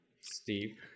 steve